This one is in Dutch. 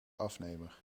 afnemer